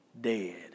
dead